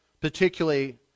particularly